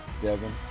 Seven